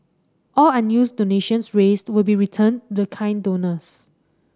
all unused donations raised will be returned to kind donors